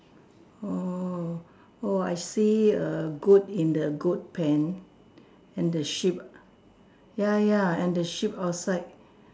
oh oh I see a goat in the goat pen and the sheep ya ya and the sheep outside